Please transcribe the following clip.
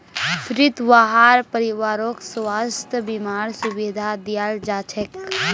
फ्रीत वहार परिवारकों स्वास्थ बीमार सुविधा दियाल जाछेक